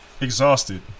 exhausted